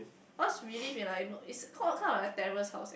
us really it's call kind of a terrace house eh